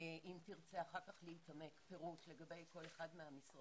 אם תרצה אחר כך להתעמק פירוט לגבי כל אחד מהמשרדים,